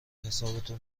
حسابتو